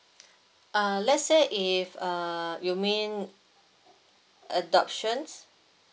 uh let's say if uh you mean adoptions